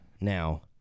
Now